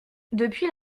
depuis